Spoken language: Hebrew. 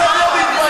אתם לא מתביישים?